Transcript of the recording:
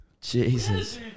Jesus